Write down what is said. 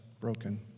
Broken